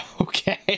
Okay